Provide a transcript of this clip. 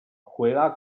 juega